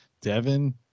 Devin